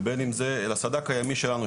ובין אם זה לסד"כ הימי שלנו,